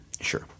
Sure